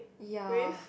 ya